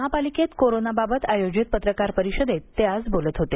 महापालिकेत कोरोना बाबत आयोजित पत्रकार परिषदेत ते आज बोलत होते